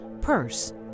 purse